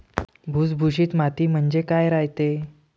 भुसभुशीत माती म्हणजे काय रायते?